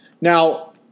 Now